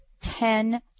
ten